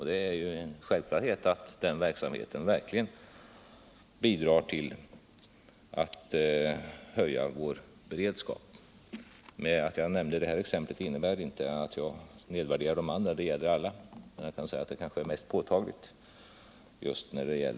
Det är en självklarhet att den verksamheten bidrar till att höja vår beredskap. Men att jag nämnde detta exempel innebär inte att jag nedvärderar annan verksamhet. Jag kan emellertid säga att resultatet kanske är mest påtagligt i detta fall.